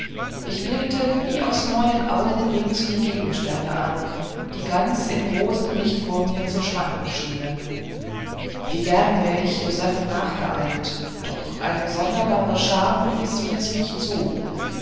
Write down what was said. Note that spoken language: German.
ich blickte wie aus neuen augen rings die gegenstände an die ganz in rosenlicht vor mir zu schwanken schienen wie gern wär ich josephen nachgeeilt doch eine sonderbare scham ließ mir's nicht zu